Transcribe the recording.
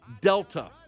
Delta